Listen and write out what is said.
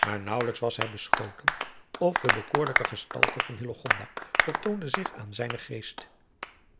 maar naauwelijks was hij beschoten of de bekoorlijke gestalde van hillegonda vertoonde zich aan zijnen geest